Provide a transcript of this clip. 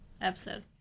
episode